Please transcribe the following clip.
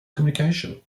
communication